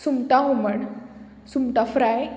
सुंगटां हुमण सुंगटां फ्राय